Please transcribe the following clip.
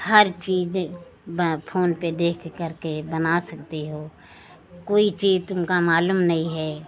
हर चीज़ बा फोन पर देख करके बना सकती हो कोई चीज़ तुमको मालुम नहीं है